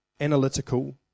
analytical